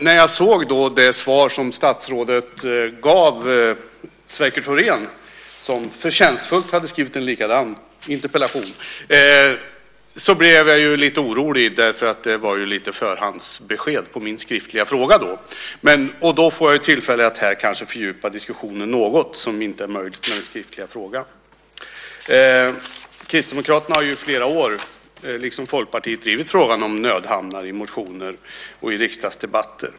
När jag såg det svar som statsrådet gav Sverker Thorén, som förtjänstfullt hade skrivit en likadan interpellation, blev jag lite orolig. Det var ju ett förhandsbesked på min skriftliga fråga. Då får jag tillfälle här att kanske fördjupa diskussionen något, som inte är möjligt med den skriftliga frågan. Kristdemokraterna har i flera år, liksom Folkpartiet, drivit frågan om nödhamnar i motioner och i riksdagsdebatter.